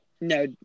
No